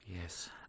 Yes